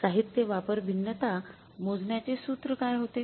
साहित्य वापर भिन्नता मोजण्याचे सूत्र काय होते